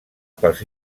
pels